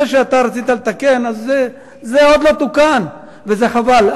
זה שאתה רצית לתקן, זה עוד לא תוקן, וזה חבל.